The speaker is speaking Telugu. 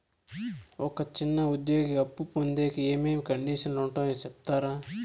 ఒక చిన్న ఉద్యోగి అప్పు పొందేకి ఏమేమి కండిషన్లు ఉంటాయో సెప్తారా?